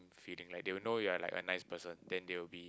feeling like they will know you are like a nice person then they will be